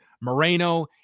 Moreno